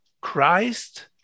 Christ